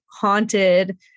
haunted